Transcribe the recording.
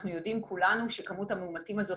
אנחנו יודעים כולנו שכמות המאומתים הזאת